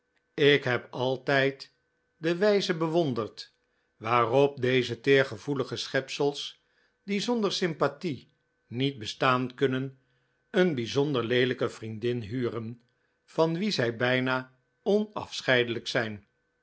ik heb altijd de wijze bewonderd waarop deze teergevoelige schepsels die zonder sympathie niet bestaan kunnen een bijzonder leelijke vriendin huren van wie zij bijna onafscheidelijk zijn